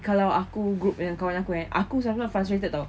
kalau aku group yang dengan kawan aku aku sangat frustrated [tau]